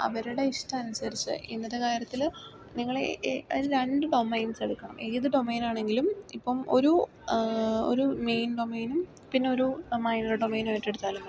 അവരുടെ ഇഷ്ടം അനുസരിച്ച് ഇന്നത്തെ കാലത്തിൽ നിങ്ങൾ ഒരു രണ്ട് ഡൊമൈൻസ് എടുക്കണം ഏത് ഡൊമൈൻ ആണെങ്കിലും ഇപ്പം ഒരു ഒരു മെയിൻ ഡൊമൈനും പിന്നെ ഒരു മൈനർ ഡൊമൈനും ആയിട്ട് എടുത്താലും മതി